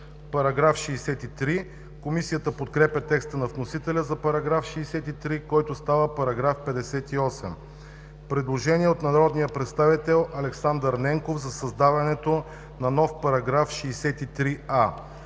става § 57. Комисията подкрепя текста на вносителя за § 63, който става § 58. Предложение от народния представител Александър Ненков за създаването на нов § 63а.